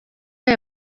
aya